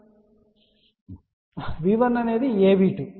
కాబట్టి V1 అనేది AV2 తప్ప మరొకటి కాదు